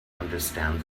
understand